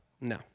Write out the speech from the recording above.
No